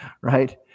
right